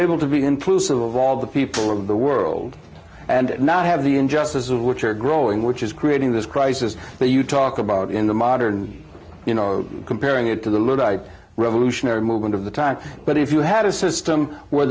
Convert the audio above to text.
unable to be inclusive of all the people of the world and not have the injustice of which are growing which is creating this crisis but you talk about in the modern you know comparing it to the little i revolutionary movement of the time but if you had a system where